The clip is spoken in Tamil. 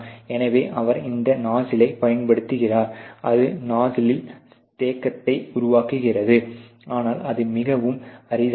எனவே அவர் இந்த நாஸ்சிலைப் பயன்படுத்துகிறார் அது நாஸ்சிலில் சேதத்தை உருவாக்குகிறது ஆனால் அது மிகவும் அரிதானது